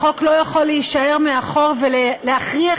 החוק לא יכול להישאר מאחור ולהכריח